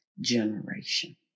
generation